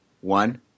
one